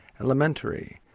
Elementary